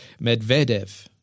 Medvedev